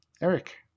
Eric